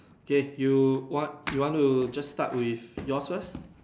guess you want you want to just start with your first